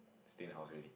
stay in the house already